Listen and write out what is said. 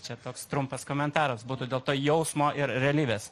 čia toks trumpas komentaras būtų dėl to jausmo ir realybės